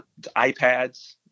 iPads